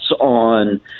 on